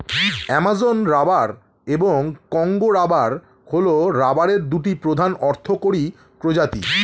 Amazon rubber এবং Congo rubber হল রাবারের দুটি প্রধান অর্থকরী প্রজাতি